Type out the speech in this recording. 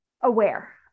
aware